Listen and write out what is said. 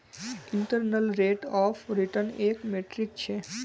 internal rate of return एक metric छ